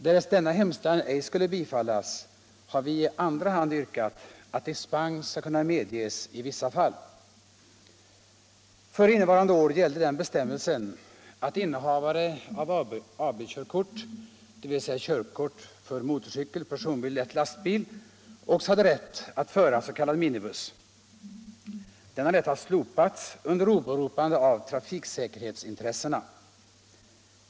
Därest denna hemställan ej skulle bifallas har vi i andra hand yrkat att dispens skall kunna medges i vissa fall. körkort — dvs. körkort för motorcykel, personbil och lätt lastbil — också hade rätt att föra s.k. minibuss. Denna rätt har slopats under åberopande av trafiksäkerhetsintressena.